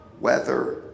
weather